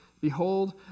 Behold